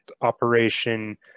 operation